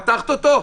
פתחת אותו,